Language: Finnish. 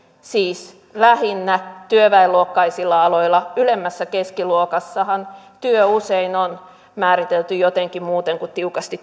siis lähinnä työväenluokkaisilla aloilla ylemmässä keskiluokassahan työ usein on määritelty jotenkin muuten kuin tiukasti